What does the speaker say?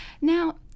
Now